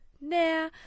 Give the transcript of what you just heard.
Nah